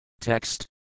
Text